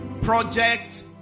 Project